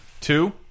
Two